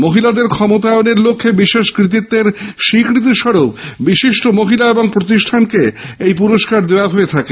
মহিলাদের ক্ষমতায়নের লক্ষ্যে বিশেষ কৃতিত্বের স্বীকৃতি স্বরূপ বিশিষ্ট মহিলা ও প্রতিষ্ঠানকে এই পুরস্কার দেওয়া হয়ে থাকে